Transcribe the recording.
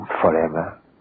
forever